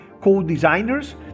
co-designers